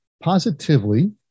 Positively